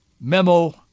Memo